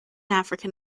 african